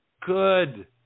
good